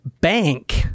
bank